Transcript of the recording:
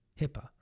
HIPAA